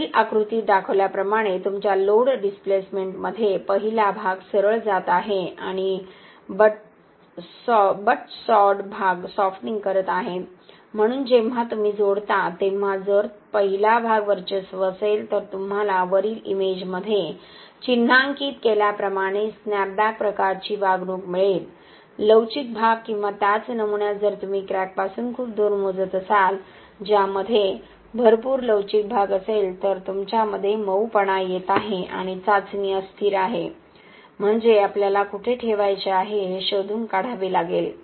वरील आकृतीत दाखवल्याप्रमाणे तुमच्या लोड डिस्प्लेसमेंटमध्ये पहिला भाग सरळ जात आहे आणि बट सॉव्ड भाग सॉफ्टनिंग करत आहे म्हणून जेव्हा तुम्ही जोडता तेव्हा जर पहिला भाग वर्चस्व असेल तर तुम्हाला वरील इमेजमध्ये चिन्हांकित केल्याप्रमाणे स्नॅपबॅक प्रकारची वागणूक मिळेल लवचिक भाग किंवा त्याच नमुन्यात जर तुम्ही क्रॅकपासून खूप दूर मोजत असाल ज्यामध्ये भरपूर लवचिक भाग असेल तर तुमच्यामध्ये मऊपणा येत आहे आणि चाचणी अस्थिर आहे म्हणजे आपल्याला कुठे ठेवायचे आहे हे शोधून काढावे लागेल